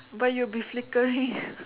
but you'll be flickering